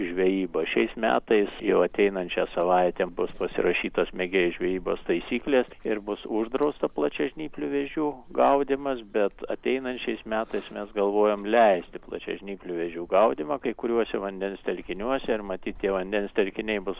žvejybos šiais metais jau ateinančią savaitę bus pasirašytos mėgėjų žvejybos taisyklės ir bus uždrausta plačiažnyplių vėžių gaudymas bet ateinančiais metais mes galvojam leisti plačiažnyplių vėžių gaudymą kai kuriuose vandens telkiniuose ir matyt tie vandens telkiniai bus